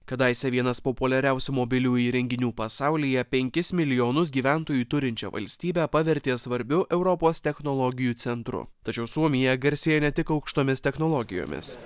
kadaise vienas populiariausių mobiliųjų įrenginių pasaulyje penkis milijonus gyventojų turinčią valstybę pavertė svarbiu europos technologijų centru tačiau suomija garsėja ne tik aukštomis technologijomis